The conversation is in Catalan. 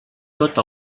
tot